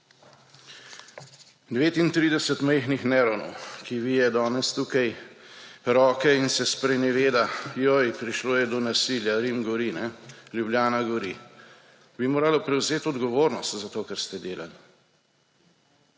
39 majhnih neronov, ki vije danes tukaj roke in se spreneveda, »joj, prišlo je do nasilja! Rim gori! Ljubljana gori!«, bi moralo prevzeti odgovornost za to, kar ste delali.